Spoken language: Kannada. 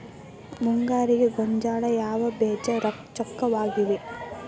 ಮುಂಗಾರಿಗೆ ಗೋಂಜಾಳ ಯಾವ ಬೇಜ ಚೊಕ್ಕವಾಗಿವೆ?